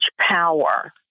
power